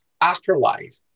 afterlife